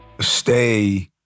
stay